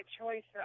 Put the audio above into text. choice